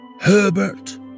Herbert